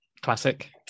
Classic